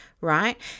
right